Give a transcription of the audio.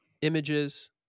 images